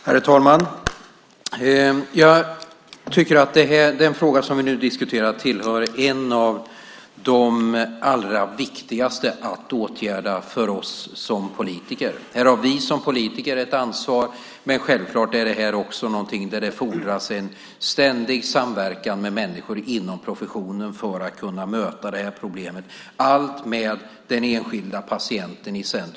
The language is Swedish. Herr talman! Jag tycker att den fråga som vi nu diskuterar är en av de allra viktigaste att åtgärda för oss som politiker. Här har vi som politiker ett ansvar. Men det här är självfallet också någonting som fordrar en ständig samverkan med människor inom professionen för att kunna möta det här problemet med den enskilda patienten i centrum.